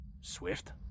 Swift